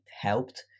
helped